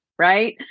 right